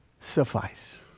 suffice